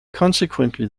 consequently